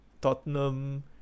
Tottenham